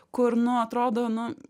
kur nu atrodo nu